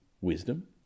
Wisdom